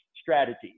strategy